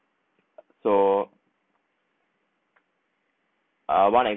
so uh one